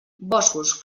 boscos